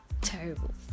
terrible